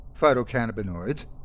phytocannabinoids